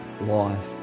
life